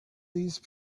these